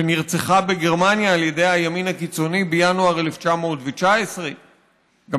שנרצחה בגרמניה על ידי הימין הקיצוני בינואר 1919. גם